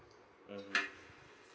mm